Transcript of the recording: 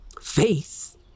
Faith